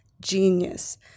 genius